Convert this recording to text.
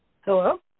Hello